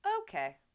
okay